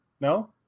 No